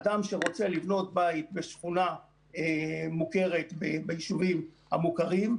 אדם שרוצה לבנות לבית בשכונה מוכרת ביישובים המוכרים,